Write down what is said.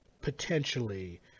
potentially